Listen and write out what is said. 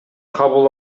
кабыл